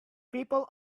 people